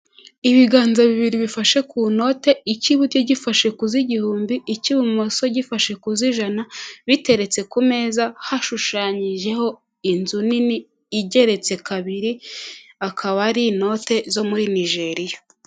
Ibiganza bibiri bifashe ku note, icy'iburyo gifashe ku z'igihumbi, icy'ibumoso gifashe ku z'ijana, biteretse ku meza, hashushanyijeho inzu nini igeretse kabiri, akaba ari inote zo muri Nigeria.